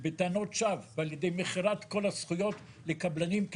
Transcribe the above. בטענות שווא על ידי מכירת כל הזכויות לקבלנים,